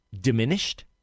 diminished